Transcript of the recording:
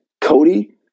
Cody